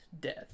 death